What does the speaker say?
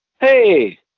Hey